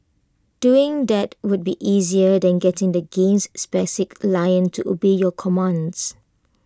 doing that would be easier than getting the game's lion to obey your commands